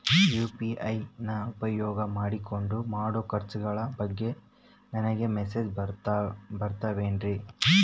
UPI ನ ಉಪಯೋಗ ಮಾಡಿಕೊಂಡು ಮಾಡೋ ಖರ್ಚುಗಳ ಬಗ್ಗೆ ನನಗೆ ಮೆಸೇಜ್ ಬರುತ್ತಾವೇನ್ರಿ?